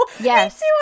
yes